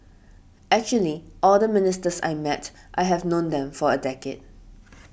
actually all the ministers I met I have known them for a decade